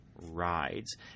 rides